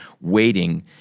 waiting